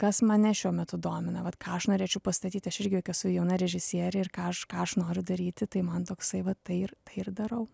kas mane šiuo metu domina vat ką aš norėčiau pastatyt aš irgi juk esu jauna režisierė ir ką aš ką aš noriu daryti tai man toksai vat tai ir ir darau